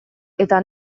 eta